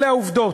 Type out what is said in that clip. אלה העובדות.